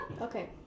Okay